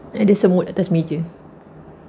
ada semut atas meja